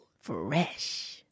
Fresh